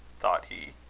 thought he.